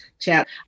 Chat